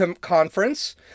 conference